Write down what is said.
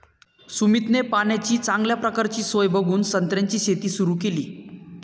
सुमितने पाण्याची चांगल्या प्रकारची सोय बघून संत्र्याची शेती सुरु केली